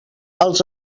els